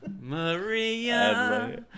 Maria